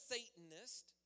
Satanist